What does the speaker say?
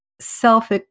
self